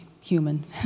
human